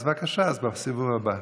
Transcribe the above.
בבקשה, בסיבוב הבא.